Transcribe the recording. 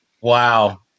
Wow